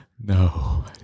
No